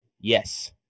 Yes